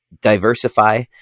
diversify